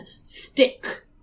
stick